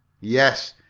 yes,